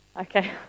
Okay